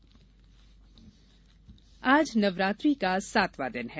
नवरात्रि आज नवरात्रि का सातवां दिन है